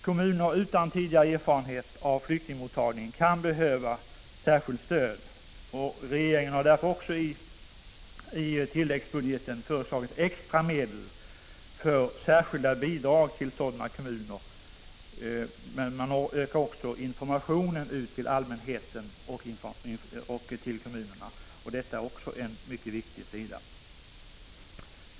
Kommuner utan tidigare erfarenhet av flyktingmottagning kan behöva särskilt stöd. Regeringen har därför också i tilläggsbudgeten föreslagit extra medel för speciella bidrag till sådana kommuner. Informationen till allmänheten och till kommunerna utökas även. Det är en viktig sida.